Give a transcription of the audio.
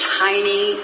tiny